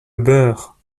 beurre